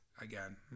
again